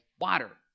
water